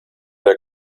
der